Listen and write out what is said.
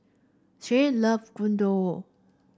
Shay love Gyudon